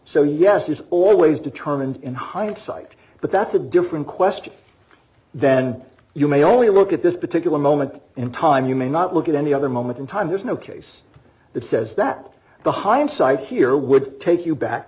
so yes there's always determined in hindsight but that's a different question then you may only look at this particular moment in time you may not look at any other moment in time there's no case that says that the hindsight here would take you back